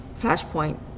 Flashpoint